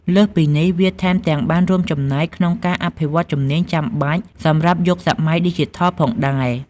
លើសពីនេះ វាថែមទាំងបានរួមចំណែកក្នុងការអភិវឌ្ឍជំនាញចាំបាច់សម្រាប់យុគសម័យឌីជីថលផងដែរ។